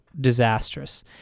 disastrous